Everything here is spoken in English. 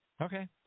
Okay